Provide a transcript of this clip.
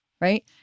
right